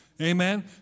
Amen